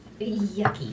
yucky